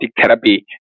therapy